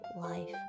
life